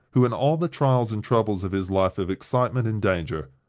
who, in all the trials and troubles of his life of excitement and danger,